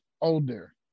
older